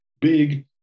big